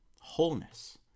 wholeness